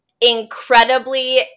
incredibly